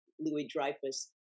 Louis-Dreyfus